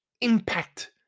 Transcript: impact